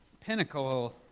pinnacle